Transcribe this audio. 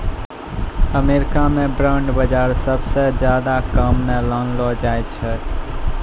अमरीका म बांड बाजार सबसअ ज्यादा काम म लानलो जाय छै